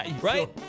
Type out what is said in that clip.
right